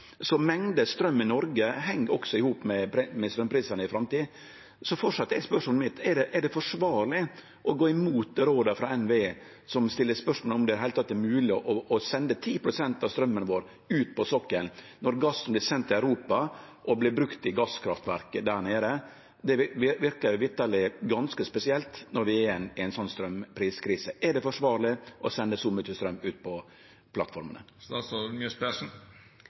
Noreg heng også i hop med straumprisane i framtida, så framleis er spørsmålet mitt: Er det forsvarleg å gå mot råda frå NVE, som stiller spørsmål ved om det i det heile er mogleg å sende 10 pst. av straumen vår ut på sokkelen når gassen vert send til Europa og brukt i gasskraftverk der nede? Det verkar ganske spesielt når vi er i ein slik straumpriskrise. Er det forsvarleg å sende så mykje straum ut på